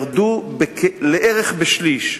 הן ירדו בערך לשליש.